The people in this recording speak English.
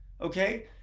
Okay